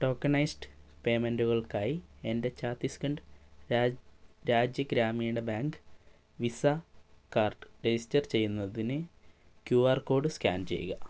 tokenised പേയ്മെന്റുകൾക്കായി എൻ്റെ Chhattisgarh Rajya Gramin bank visa card register ചെയ്യുന്നതിന് ക്യു ആർ കോഡ് സ്കാൻ ചെയ്യുക